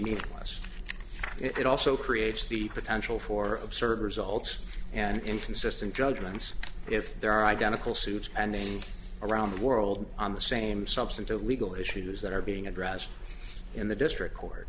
meaningless it also creates the potential for absurd results and from system judgments if there are identical suits and around the world on the same substantive legal issues that are being addressed in the district court